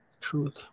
Truth